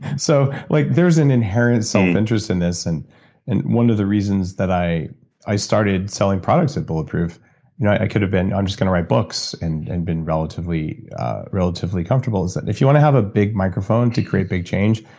so like there's an inherent self-interest in this, and and one of the reasons that i i started selling products at bulletproof, you know i could have been, i'm just going to write books, and and been relatively relatively comfortable. and if you want to have a big microphone to create big change,